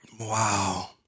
Wow